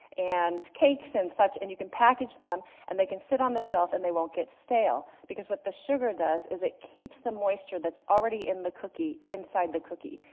and cakes, and such, and you can package them, and they can sit on the shelf and they won't get stale. because with the sugar does, is it keeps the moisture that's already in the cookie, inside the cookie.